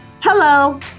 Hello